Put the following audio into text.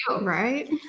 Right